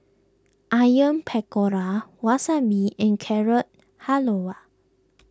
Onion Pakora Wasabi and Carrot Halwa